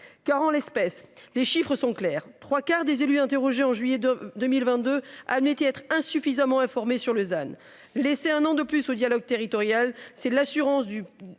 car en l'espèce, les chiffres sont clairs, trois quarts des élus interrogé en juillet de 2022, admettait être insuffisamment informés sur Lausanne laisser un an de plus au dialogue territorial c'est l'assurance du.